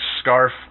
scarf